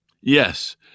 Yes